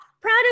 proud